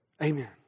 Amen